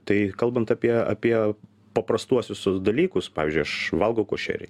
tai kalbant apie apie paprastuosius dalykus pavyzdžiui aš valgau košerį